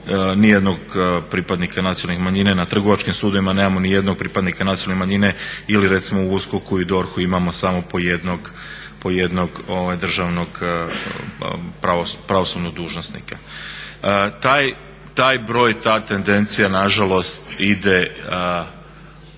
nijednog pripadnika nacionalnih manjina, ni na trgovačkim sudovima nemamo nijednog pripadnika nacionalne manjine ili recimo u USKOK-u i DORH-u imamo samo po jednog državnog pravosudnog dužnosnika. Taj broj i ta tendencija nažalost ide